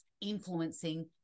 influencing